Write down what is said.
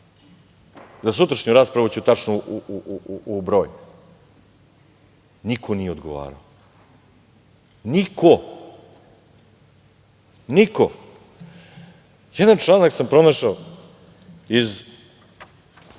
Za sutrašnju raspravu ću tačno u broj. Niko nije odgovarao, niko, niko. Jedan članak sam pronašao iz